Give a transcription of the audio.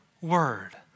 word